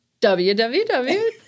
www